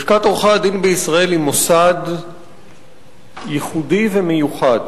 לשכת עורכי-הדין בישראל היא מוסד ייחודי ומיוחד.